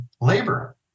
labor